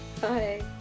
Bye